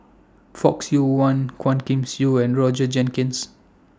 Fock Siew Wah Quah Kim Song and Roger Jenkins